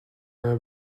همه